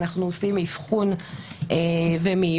אנחנו עושים אבחון ומיון.